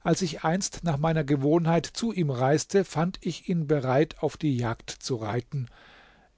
als ich einst nach meiner gewohnheit zu ihm reiste fand ich ihn bereit auf die jagd zu reiten